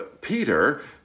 Peter